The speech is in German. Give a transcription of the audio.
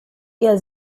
ihr